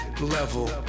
level